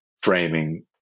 framing